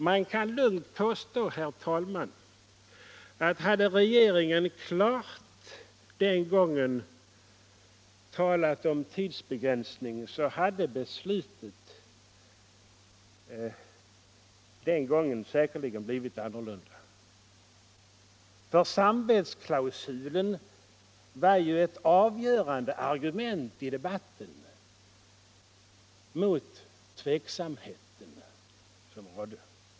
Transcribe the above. Man kan lugnt påstå, herr talman, att hade regeringen den gången klart talat om tidsbegränsning, så hade beslutet säkerligen blivit annorlunda. Samvetsklausulen var i debatten den gången ett avgörande argument mot den tveksamhet som rådde.